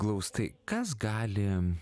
glaustai kas gali